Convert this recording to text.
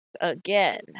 Again